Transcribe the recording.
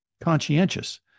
conscientious